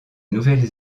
nouvelle